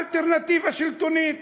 אלטרנטיבה שלטונית,